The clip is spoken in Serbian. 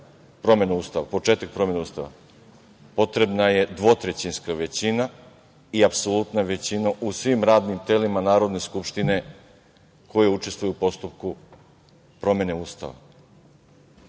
promena Ustava, početak promene Ustava, potrebna je dvotrećinska većina i apsolutna većina u svim radnim telima Narodne Skupštine koje učestvuju u postupku promene Ustava. Srpska